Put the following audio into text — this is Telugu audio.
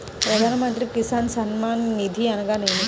ప్రధాన మంత్రి కిసాన్ సన్మాన్ నిధి అనగా ఏమి?